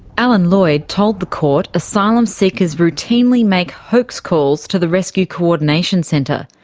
alan lloyd told the court asylum seekers routinely make hoax calls to the rescue coordination centre,